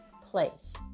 place